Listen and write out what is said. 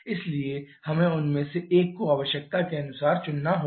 इसलिए हमें उनमें से एक को आवश्यकता के अनुसार चुनना होगा